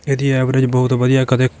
ਇਹਦੀ ਐਵਰੇਜ ਬਹੁਤ ਵਧੀਆ ਕਦੇ